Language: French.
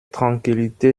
tranquillité